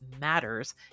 matters